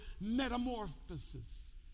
metamorphosis